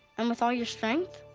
and with all your strength.